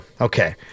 Okay